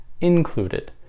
included